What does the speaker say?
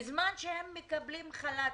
בזמן שהם מקבלים חל"תים,